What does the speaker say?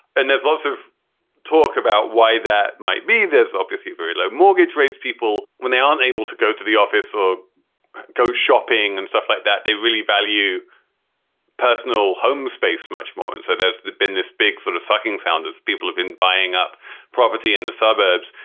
and there's lots of talk about why that might be this obviously very low mortgage rates. people, when they aren't able to go to the office or go shopping and stuff like that, they really value personal home space much more. and so there's been this big sort of sucking sound of people have been buying up property in the suburbs.